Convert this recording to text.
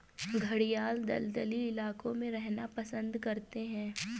घड़ियाल दलदली इलाकों में रहना पसंद करते हैं